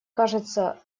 кажется